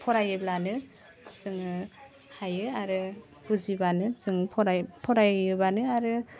फरायोब्लानो जोङो हायो आरो बुजिबानो जों फराय फरायोबानो आरो